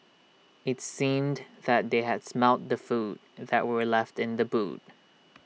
IT seemed that they had smelt the food that were left in the boot